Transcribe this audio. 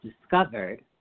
discovered